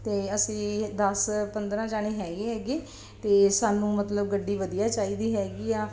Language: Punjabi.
ਅਤੇ ਅਸੀਂ ਦਸ ਪੰਦਰਾਂ ਜਣੇ ਹੈਗੇ ਐਗੇ ਅਤੇ ਸਾਨੂੰ ਮਤਲਬ ਗੱਡੀ ਵਧੀਆ ਚਾਹੀਦੀ ਹੈਗੀ ਆ